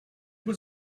was